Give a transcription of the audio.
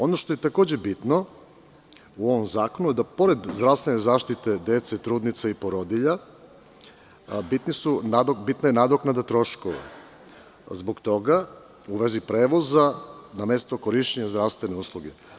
Ono što je takođe bitno u ovom zakonu jeste da pored zdravstvene zaštite dece, trudnica i porodilja je bitna i nadoknada troškova zbog toga, u vezi prevoza na mesto korišćenja zdravstvene usluge.